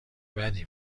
بدی